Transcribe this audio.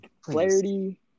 Clarity